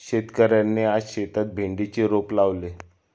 शेतकऱ्याने आज शेतात भेंडीचे रोप लावले